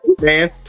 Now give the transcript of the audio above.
man